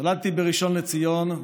נולדתי בראשון לציון,